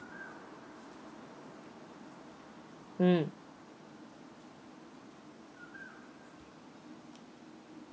mm